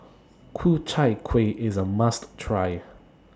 Ku Chai Kueh IS A must Try